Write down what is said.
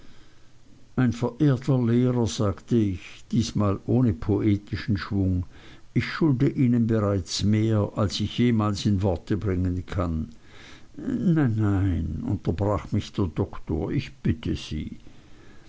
mein verehrter lehrer sagte ich diesmal ohne poetischen schwung ich schulde ihnen bereits mehr als ich jemals in worte bringen kann nein nein unterbrach mich der doktor ich bitte sie